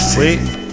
Sweet